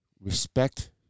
Respect